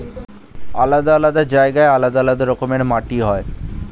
আলাদা আলাদা জায়গায় আলাদা রকমের মাটি হয়